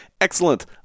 excellent